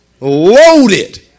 loaded